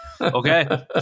okay